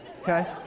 okay